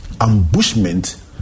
ambushment